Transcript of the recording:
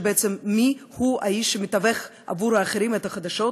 של בעצם מיהו בעצם האיש שמתווך עבור האחרים את החדשות,